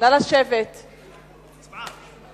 ואני